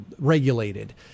regulated